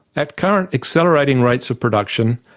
at current accelerating rates of production,